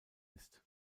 ist